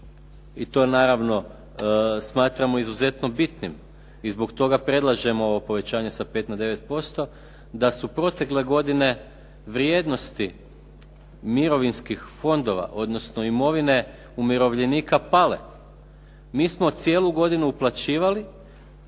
i to naravno smatramo izuzetno bitnim i zbog toga predlažemo ovo povećanje sa 5 na 9%, da su protekle godine vrijednosti mirovinskih fondova odnosno imovine umirovljenika pale. Mi smo cijelu godinu uplaćivali